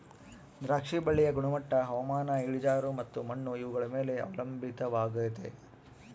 ದ್ರಾಕ್ಷಿ ಬಳ್ಳಿಯ ಗುಣಮಟ್ಟ ಹವಾಮಾನ, ಇಳಿಜಾರು ಮತ್ತು ಮಣ್ಣು ಇವುಗಳ ಮೇಲೆ ಅವಲಂಬಿತವಾಗೆತೆ